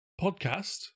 podcast